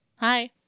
Hi